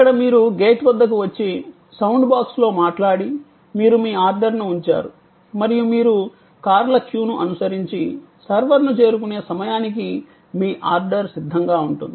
అక్కడ మీరు గేట్ వద్దకు వచ్చి సౌండ్ బాక్స్లో మాట్లాడి మీరు మీ ఆర్డర్ను ఉంచారు మరియు మీరు కార్ల క్యూను అనుసరించి సర్వర్ను చేరుకునే సమయానికి మీ ఆర్డర్ సిద్ధంగా ఉంటుంది